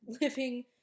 living